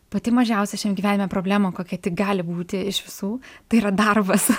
pati mažiausia šiam gyvenime problema kokia tik gali būti iš visų tai yra darbas